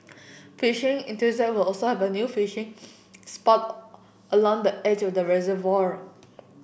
fishing will also have a new fishing spot along the edge of the reservoir